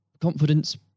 confidence